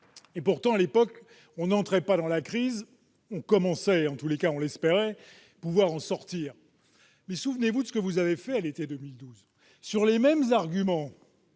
Pourtant, à l'époque, on n'entrait pas dans la crise, on commençait, en tous les cas on l'espérait, à pouvoir en sortir. Mais souvenez-vous de ce que vous avez fait cette année-là. Sur les mêmes arguments,